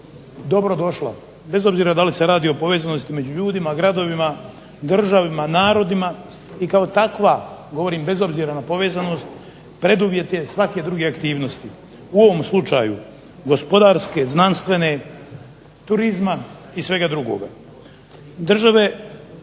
dobrodošla, bez obzira da li se radi o povezanosti među ljudima, gradovima, državama, narodima i kao takva, govorim bez obzira na povezanost preduvjet je svake druge aktivnosti, u ovom slučaju gospodarske, znanstvene, turizma i svega drugoga.